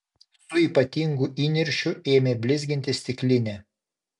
su ypatingu įniršiu ėmė blizginti stiklinę